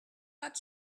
but